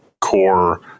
core